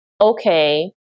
okay